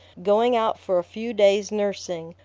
going out for a few days nursing,